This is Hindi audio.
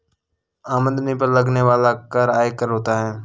आमदनी पर लगने वाला कर आयकर होता है